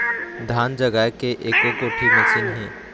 धान जगाए के एको कोठी मशीन हे?